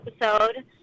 episode